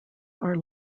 are